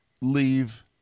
leave